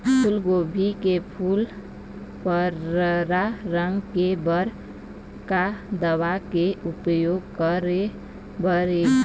फूलगोभी के फूल पर्रा रंग करे बर का दवा के उपयोग करे बर ये?